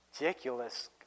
ridiculous